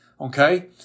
Okay